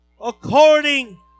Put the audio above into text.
according